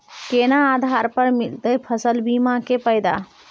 केना आधार पर मिलतै फसल बीमा के फैदा?